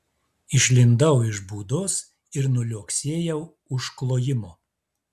išlindau iš būdos ir nuliuoksėjau už klojimo